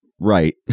right